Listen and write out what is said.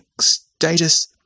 status